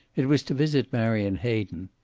it was to visit marion hayden.